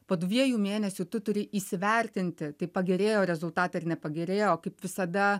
po dviejų mėnesių tu turi įsivertinti tai pagerėjo rezultatai ar nepagerėjo o kaip visada